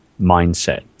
mindset